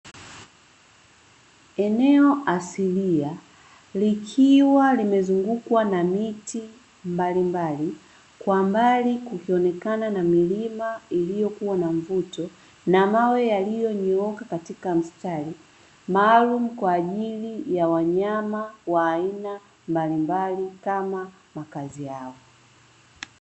Eneo asilia, likiwa limezungukwa na miti mbalimbali, kwa mbali kukionekana na milima iliyokua na mvuto, na mawe yaliyonyooka katika mstari, maalumu kwa ajili ya wanyama wa aina mbalimbali kama makazi yao.